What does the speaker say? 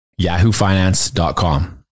yahoofinance.com